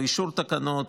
או אישור תקנות,